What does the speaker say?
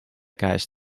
käes